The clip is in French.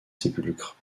sépulcre